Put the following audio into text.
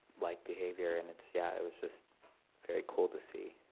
like behavior and it's yeah it was just very cool to see.